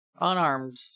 unarmed